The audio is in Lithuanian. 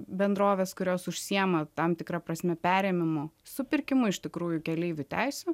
bendrovės kurios užsiima tam tikra prasme perėmimu supirkimu iš tikrųjų keleivių teisių